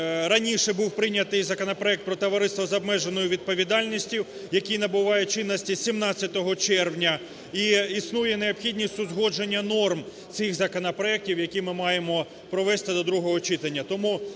раніше був прийнятий законопроект про товариство з обмеженою відповідальністю, який набуває чинності 17 червня. І існує необхідність узгодження норм цих законопроектів, які ми маємо провести до другого читання.